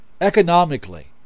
economically